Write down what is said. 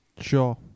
Sure